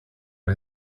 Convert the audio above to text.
are